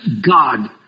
God